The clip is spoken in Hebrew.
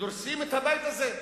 שדורסים את הבית הזה ורוצים,